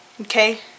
Okay